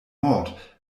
mord